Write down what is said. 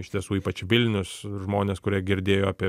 iš tiesų ypač vilnius žmonės kurie girdėjo apie